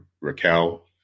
Raquel